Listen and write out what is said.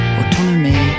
Autonomy